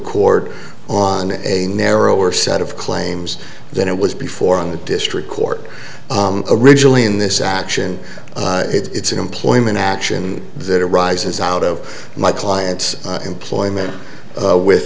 cord on a narrower set of claims than it was before in the district court originally in this action it's an employment action that arises out of my client's employment with